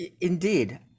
Indeed